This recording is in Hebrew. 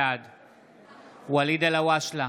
בעד ואליד אלהואשלה,